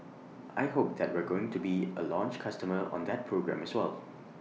I hope that we're going to be A launch customer on that program as well